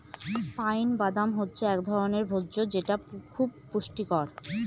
pine বাদাম হচ্ছে এক ধরনের ভোজ্য যেটা খুব পুষ্টিকর